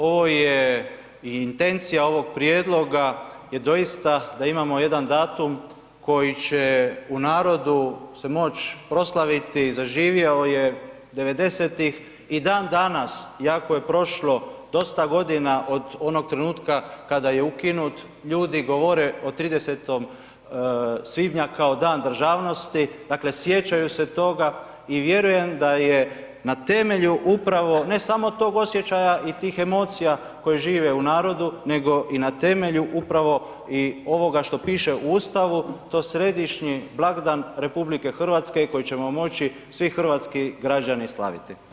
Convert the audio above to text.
Ovo je i intencija ovog prijedloga je doista da imamo jedan datum koji će u narodu se moći proslaviti, zaživio je 90-ih i dan danas iako je prošlo dosta godina od onog trenutka kada je ukinut, ljudi govore o 30. svibnja kao Dan državnosti, dakle sjećaju se toga i vjerujem da je na temelju upravo ne samo tog osjećaja i tih emocija koje žive u narodu, nego i na temelju upravo i ovoga što piše u Ustavu, to središnji blagdan RH koji ćemo moći svi hrvatski građani slaviti.